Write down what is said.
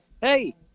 hey